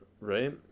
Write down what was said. right